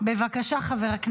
את קשוחה נורא,